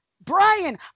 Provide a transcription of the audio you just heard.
Brian